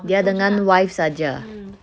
dia dengan wife sahaja